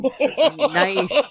Nice